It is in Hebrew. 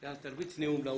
היו סטודנטים ללימודי התעמלות